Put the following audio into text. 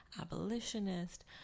abolitionist